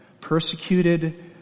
Persecuted